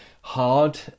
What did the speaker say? hard